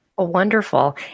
Wonderful